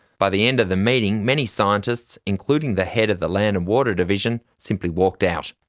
by the end of the meeting many scientists, including the head of the land and water division, simply walked out.